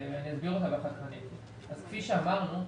כפי שאמרנו,